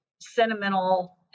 sentimental